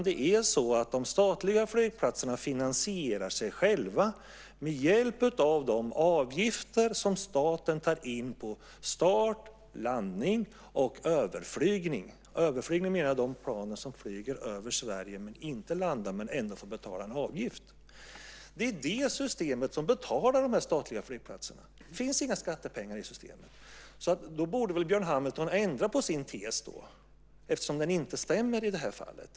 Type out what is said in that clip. De statliga flygplatserna finansierar sig själva med hjälp av de avgifter som staten tar in på start, landning och överflygning. Med överflygning menas plan som flyger över Sverige men inte landar. De får ändå betala en avgift. Det är det systemet som betalar de statliga flygplatserna. Det finns inga skattepengar i systemet. Björn Hamilton borde ändra på sin tes, eftersom den inte stämmer i det här fallet.